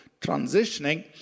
transitioning